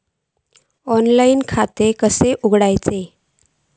Online खाता कसा उगडूचा?